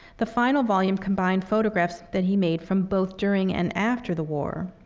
the final volume combined photographs that he made from both during and after the war.